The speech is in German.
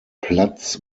platz